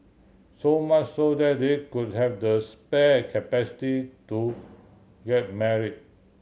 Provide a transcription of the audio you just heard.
so much so that they could have the spare capacity to get marry